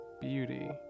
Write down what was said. beauty